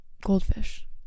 Goldfish